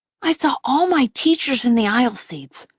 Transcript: i saw all my teachers in the aisle seats,